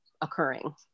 occurring